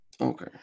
Okay